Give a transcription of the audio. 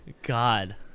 God